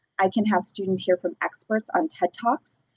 i can have students hear from experts on ted talks,